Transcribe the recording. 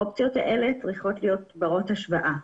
האופציות הללו צריכות להיות ברות השוואה.